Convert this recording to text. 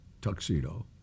tuxedo